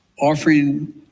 offering